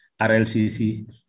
RLCC